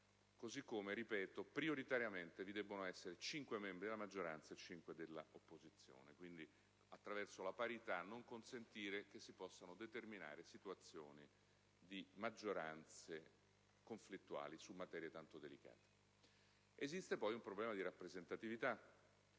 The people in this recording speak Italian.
così come - ripeto - prioritariamente ci devono essere cinque membri della maggioranza e cinque dell'opposizione in modo che, attraverso la parità, non venga consentito di determinare situazioni di maggioranze conflittuali su materie tanto delicate. Esiste poi un problema di rappresentatività,